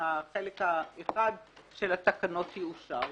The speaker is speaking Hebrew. שהחלק האחד של התקנות יאושר.